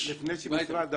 לפני משרד האוצר,